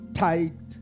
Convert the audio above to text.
tight